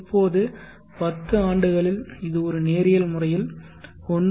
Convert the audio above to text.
இப்போது 10 ஆண்டுகளில் இது ஒரு நேரியல் முறையில் 1